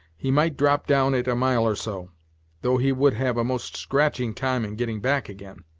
he might drop down it a mile or so though he would have a most scratching time in getting back again!